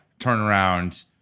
turnaround